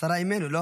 שרה אימנו, לא?